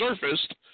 surfaced